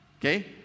okay